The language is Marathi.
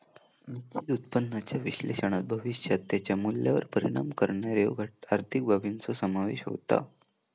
निश्चित उत्पन्नाच्या विश्लेषणात भविष्यात त्याच्या मूल्यावर परिणाम करणाऱ्यो आर्थिक बाबींचो समावेश होता